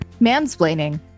Mansplaining